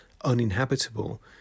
uninhabitable